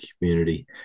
community